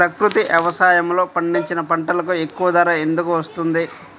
ప్రకృతి వ్యవసాయములో పండించిన పంటలకు ఎక్కువ ధర ఎందుకు వస్తుంది?